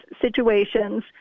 situations